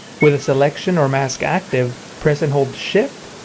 with the selection or mask active, press and hold shift,